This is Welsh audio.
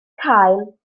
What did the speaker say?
cael